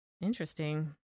interesting